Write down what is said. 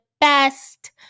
best